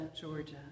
Georgia